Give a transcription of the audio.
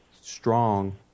strong